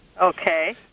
Okay